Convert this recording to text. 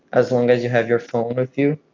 as long as you have your phone with you.